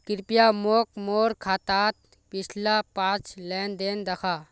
कृप्या मोक मोर खातात पिछला पाँच लेन देन दखा